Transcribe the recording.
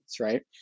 right